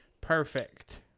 Perfect